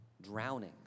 drowning